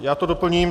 Já to doplním.